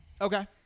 okay